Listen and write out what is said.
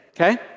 okay